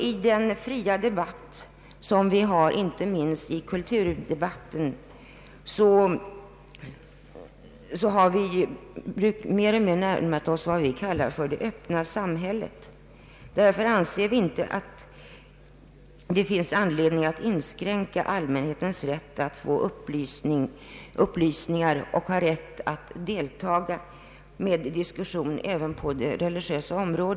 I den fria diskussion som förekommer inte minst i kulturdebatter har vi mer och mer närmat oss vad vi kallar för det öppna samhället. Det finns därför inte anledning att inskränka allmänhetens rätt att få upplysningar och att deltaga i diskussioner även på det religiösa området.